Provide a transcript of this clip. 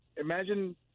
imagine